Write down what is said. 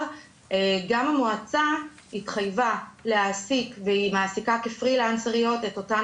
גם המועצה התחייבה להעסיק והיא מעסיקה כפרילנסריות את אותן